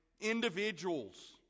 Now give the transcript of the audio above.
individuals